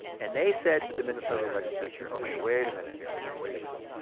and they said to the minnesota legislature, okay, wait a minute here, wait a minute.